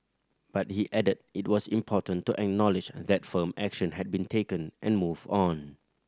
but he added it was important to acknowledge that firm action had been taken and move on